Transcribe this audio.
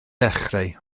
dechrau